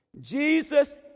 Jesus